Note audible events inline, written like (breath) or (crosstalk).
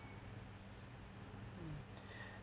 mm (breath)